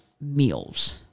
meals